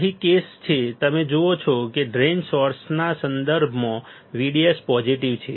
અહીં કેસ છે તમે જુઓ છો કે ડ્રેઇન સોર્સના સંદર્ભમાં VDS પોઝીટીવ છે